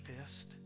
fist